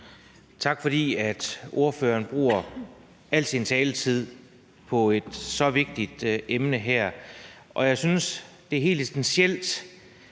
Tak, fordi ordføreren bruger al sin taletid på et så vigtigt emne her. Jeg synes, det er helt essentielt,